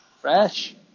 Fresh